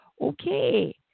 Okay